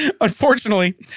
unfortunately